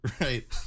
Right